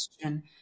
question